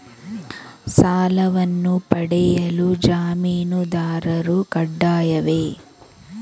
ಸಾಲವನ್ನು ಪಡೆಯಲು ಜಾಮೀನುದಾರರು ಕಡ್ಡಾಯವೇ?